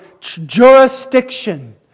jurisdiction